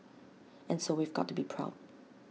and so we've got to be proud